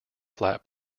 flat